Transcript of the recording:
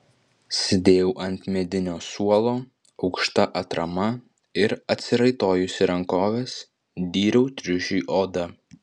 sėdėjau ant medinio suolo aukšta atrama ir atsiraitojusi rankoves dyriau triušiui odą